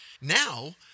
Now